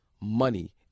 money